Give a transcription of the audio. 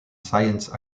sciences